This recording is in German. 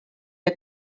der